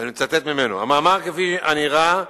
כפי הנראה,